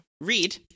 read